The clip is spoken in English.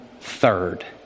third